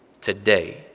today